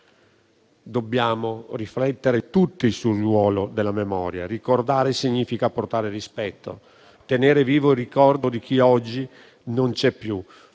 Dobbiamo riflettere tutti sul ruolo della memoria. Ricordare significa portare rispetto, tenere vivo il ricordo di chi oggi non c'è più,